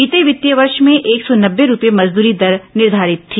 बीते वित्तीय वर्ष में एक सौ नब्बे रूपये मजदूरी दर निर्धारित थी